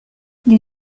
les